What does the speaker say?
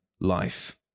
life